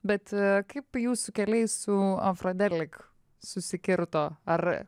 bet kaip jūsų keliai su afrodelik susikirto ar